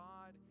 God